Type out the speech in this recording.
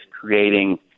creating